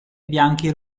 bianchi